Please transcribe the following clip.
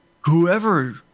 Whoever